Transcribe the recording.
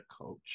coach